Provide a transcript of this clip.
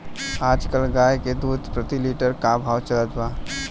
आज कल गाय के दूध प्रति लीटर का भाव चलत बा?